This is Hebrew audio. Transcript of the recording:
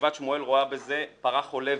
גבעת שמואל רואה בזה פרה חולבת,